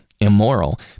Immoral